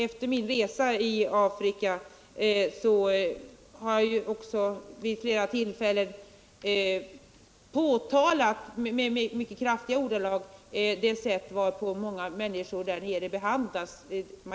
Efter min resa i Afrika har jag också vid flera tillfällen i mycket kraftiga ordalag påtalat det sätt varpå de flesta människor där nere behandlas.